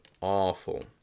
awful